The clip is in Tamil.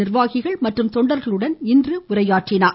நிர்வாகிககள் மற்றும் தொண்டர்களுடன் இன்று உரையாற்றினார்